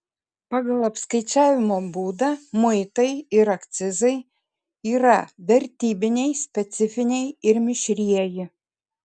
pagal apskaičiavimo būdą muitai ir akcizai yra vertybiniai specifiniai ir mišrieji